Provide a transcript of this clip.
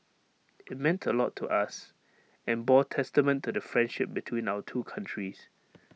IT meant A lot to us and bore testament to the friendship between our two countries